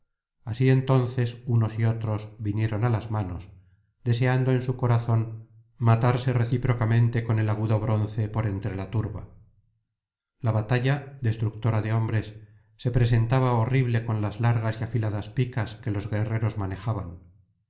así entonces unos y otros vinieron á las manos deseando en su corazón matarse recíprocamente con el agudo bronce por entre la turba la batalla destructora de hombres se presentaba horrible con las largas y afiladas picas que los guerreros manejaban